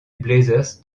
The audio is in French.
blazers